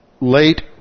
late